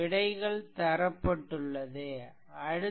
விடைகள் தரப்பட்டுள்ளது அடுத்தது 3